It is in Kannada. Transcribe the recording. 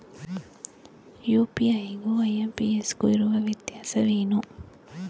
ಯು.ಪಿ.ಐ ಗು ಐ.ಎಂ.ಪಿ.ಎಸ್ ಗು ಇರುವ ವ್ಯತ್ಯಾಸವೇನು?